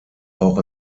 auch